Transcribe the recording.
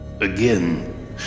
Again